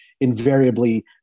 invariably